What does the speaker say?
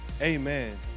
amen